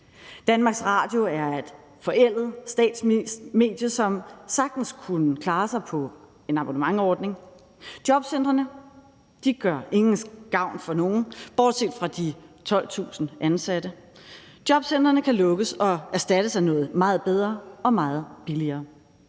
Danmarks Radio er et forældet statsmedie, som sagtens kunne klare sig på en abonnementsordning. Jobcentrene gør ingen gavn for nogen bortset fra de 12.000 ansatte. Jobcentrene kan lukkes og erstattes af noget meget bedre og meget billigere.